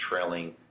trailing